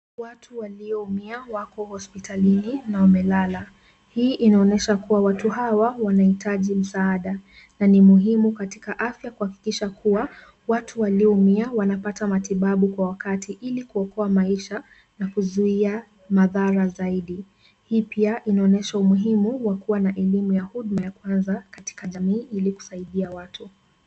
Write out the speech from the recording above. Watu walioumia. Wako hospitalini na wamelala. Hii inaonyesha kuwa watu hawa wanahitaji msaada. Na ni muhimu katika afya kuhakikisha kuwa watu walioumia wanapata matibabu kwa wakati ili kuokoa maisha na kuzuia madhara zaidi. Hii pia inaonyesha umuhimu wa kuwa na elimu ya huduma ya kwanza katika jamii ili kusaidia watu.